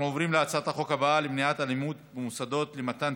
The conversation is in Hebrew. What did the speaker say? אין נמנעים, אין מתנגדים.